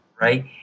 right